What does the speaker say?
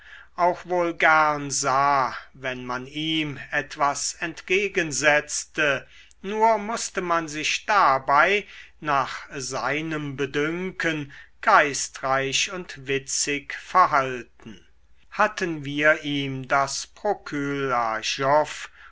auch wohl gern sah wenn man ihm etwas entgegensetzte nur mußte man sich dabei nach seinem bedünken geistreich und witzig verhalten hatten wir ihm das procul